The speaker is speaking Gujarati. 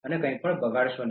કંઈપણ બગાડશો નહીં